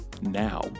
now